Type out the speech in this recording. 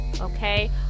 Okay